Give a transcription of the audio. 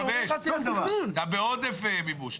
אומרים לך --- אתה בעודף מימוש.